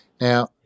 Now